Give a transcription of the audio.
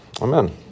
Amen